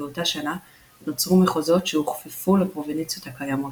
באותה שנה נוצרו מחוזות שהוכפפו לפרובינציות הקיימות.